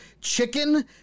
chicken